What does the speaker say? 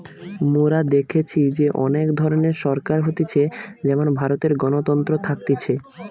মোরা দেখেছি যে অনেক ধরণের সরকার হতিছে যেমন ভারতে গণতন্ত্র থাকতিছে